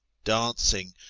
dancing,